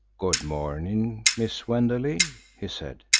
good morning, miss wenderley! he said.